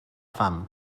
fam